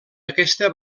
aquesta